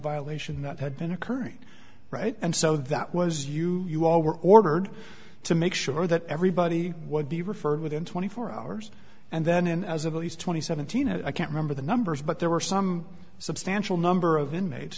violation that had been occurring right and so that was you you all were ordered to make sure that everybody what the referred within twenty four hours and then in as of these twenty seventeen i can't remember the numbers but there were some substantial number of inmates